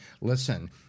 listen